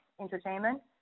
entertainment